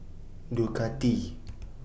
Ducati